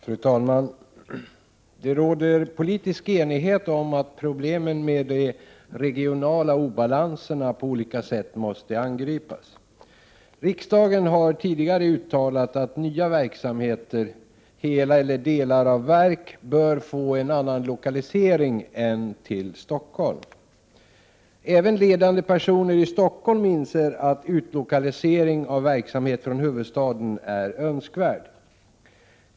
Fru talman! Det råder politisk enighet om att problemen med de regionala obalanserna på olika sätt måste angripas. Riksdagen har uttalat att nya verksamheter — hela verk eller delar av verk — bör få en annan lokalisering än till Stockholm. Även ledande personer i Stockholm inser att utlokalisering av verksamhet från huvudstaden är önskvärd.